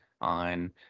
on